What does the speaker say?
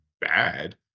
bad